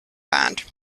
band